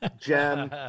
gem